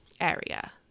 area